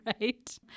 Right